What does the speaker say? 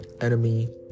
Enemy